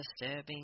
disturbing